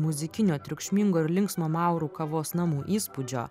muzikinio triukšmingo ir linksmo maurų kavos namų įspūdžio